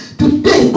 today